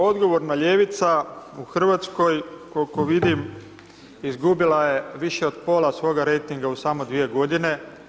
Odgovorna ljevica u Hrvatskoj koliko vidim, izgubila je više od pola svoga rejtinga u samo 2 godine.